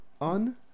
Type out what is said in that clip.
on